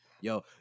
yo